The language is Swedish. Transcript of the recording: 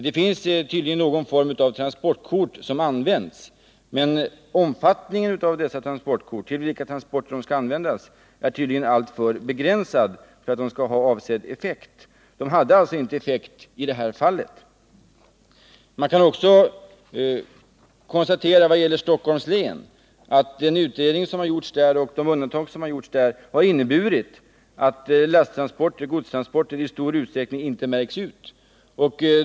Det finns tydligen någon form av transportkort som skall begagnas, men användningen av dessa transportkort är uppenbarligen alltför begränsad för att de skall ha avsedd effekt. De hade alltså inte effekt i detta fall. När det gäller Stockholms län kan man konstatera att de undantag som där gjorts har inneburit att godstransporterna i stor utsträckning inte märkts ut.